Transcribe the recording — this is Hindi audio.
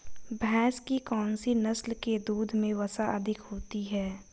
भैंस की कौनसी नस्ल के दूध में वसा अधिक होती है?